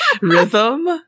Rhythm